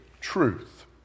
truth